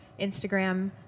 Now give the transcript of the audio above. Instagram